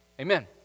amen